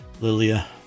lilia